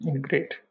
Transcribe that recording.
Great